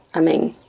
i mean,